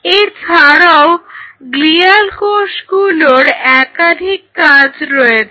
এছাড়াও গ্লিয়াল কোষগুলোর একাধিক কাজ রয়েছে